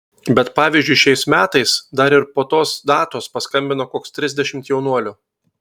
bet pavyzdžiui šiais metais dar ir po tos datos paskambino koks trisdešimt jaunuolių